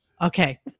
okay